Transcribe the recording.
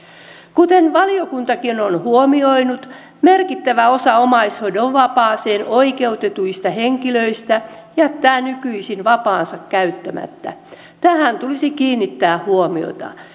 kuten valiokuntakin on on huomioinut merkittävä osa omaishoidon vapaaseen oikeutetuista henkilöistä jättää nykyisin vapaansa käyttämättä tähän tulisi kiinnittää huomiota